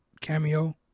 cameo